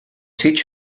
teach